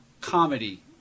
comedy